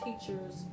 teachers